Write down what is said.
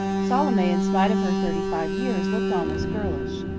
salome, in spite of her thirty-five years, looked almost girlish.